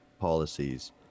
policies